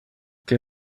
que